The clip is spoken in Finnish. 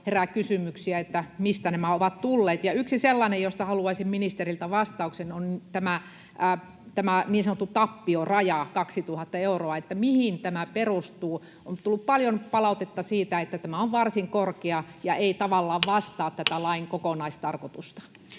herää kysymyksiä, mistä nämä ovat tulleet. Yksi sellainen, josta haluaisin ministeriltä vastauksen, on tämä niin sanottu tappioraja, 2 000 euroa. Mihin tämä perustuu? On tullut paljon palautetta siitä, että tämä on varsin korkea ja ei tavallaan vastaa tätä lain kokonaistarkoitusta.